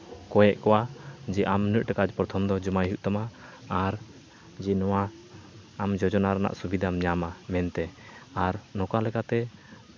ᱠᱚᱭᱮᱜ ᱠᱚᱣᱟ ᱡᱮ ᱟᱢ ᱱᱩᱱᱟᱹᱜ ᱴᱟᱠᱟ ᱯᱨᱚᱛᱷᱚᱢ ᱫᱚ ᱡᱚᱟᱭ ᱦᱩᱭᱩᱜ ᱛᱟᱢᱟ ᱟᱨ ᱡᱮ ᱱᱚᱣᱟ ᱟᱢ ᱡᱳᱡᱚᱱᱟ ᱨᱮᱱᱟᱜ ᱥᱩᱵᱤᱫᱟᱢ ᱧᱟᱢᱟ ᱢᱮᱱᱛᱮ ᱟᱨ ᱱᱚᱝᱠᱟ ᱞᱮᱠᱟᱛᱮ